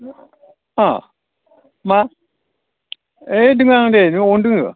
अ मा ओइ दोङो आं दे न'आवनो दोङो